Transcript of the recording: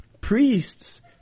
Priests